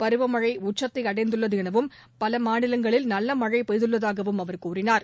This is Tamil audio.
பருவமழை உச்சத்தை அடைந்துள்ளது எனவும் பல மாநிலங்களில் நல்ல மழை பெய்துள்ளதாகவும் அவர் தெரிவித்தார்